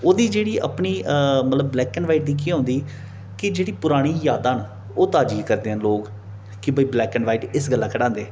ओह्दी जेह्ड़ी अपनी मतलब ब्लैक एण्ड वाईट दी केह् होंदी के जेह्ड़ी पुरानी यादां न ओह् ताजी करदे न लोक कि भई ब्लैक एण्ड वाईट इस गल्ला कढांदे